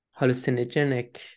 hallucinogenic